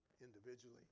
individually